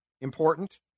important